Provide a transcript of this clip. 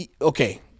Okay